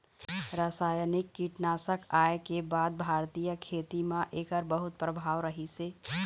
रासायनिक कीटनाशक आए के बाद भारतीय खेती म एकर बहुत प्रभाव रहीसे